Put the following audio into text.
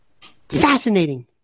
Fascinating